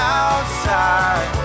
outside